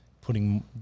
putting